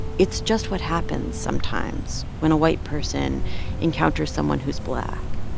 it's just what happens sometimes when a white person encounters someone who's black.